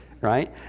right